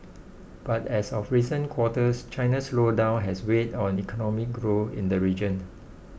but as of recent quarters China's slowdown has weighed on economic growth in the region